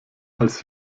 als